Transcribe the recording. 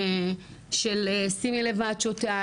של שימי לב מה את שותה,